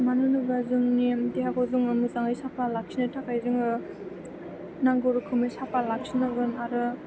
मानो होनोब्ला जोंनि देहाखौ जोङो मोजाङै साफा लाखिनो थाखाय जोङो नांगौ रोखोमनि साफा लाखिनांगोन आरो